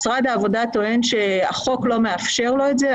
משרד העבודה טוען שהחוק לא מאפשר לו את זה.